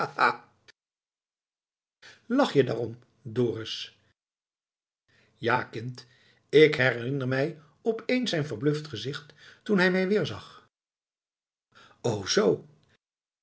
lach je daarom dorus ja kind ik herinner mij op eens zijn verbluft gezicht toen hij mij weerzag o zoo